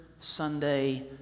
Sunday